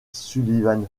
sullivan